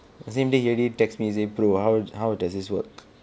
same day he already text me say bro how how does this work